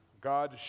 God